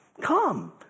come